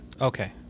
Okay